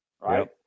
right